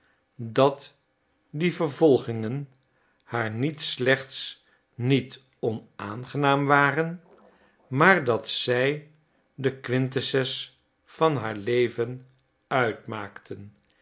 dat die vervolgingen haar niet slechts niet onaangenaam waren maar dat zij de quintessens van haar leven uitmaakten